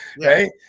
right